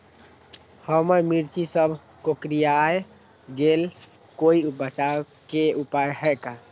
हमर मिर्ची सब कोकररिया गेल कोई बचाव के उपाय है का?